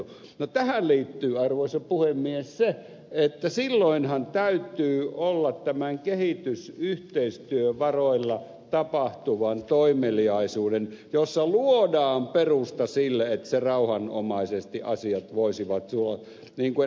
no tähän liittyy arvoisa puhemies se että silloinhan täytyy olla tätä kehitysyhteistyövaroilla tapahtuvaa toimeliaisuutta jolla luodaan perusta sille että rauhanomaisesti asiat voisivat edetä niin kuin ed